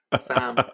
Sam